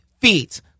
feet